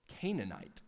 canaanite